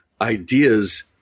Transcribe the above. ideas